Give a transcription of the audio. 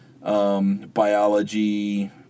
biology